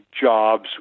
jobs